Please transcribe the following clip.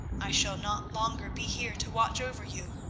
i shall not longer be here to watch over you,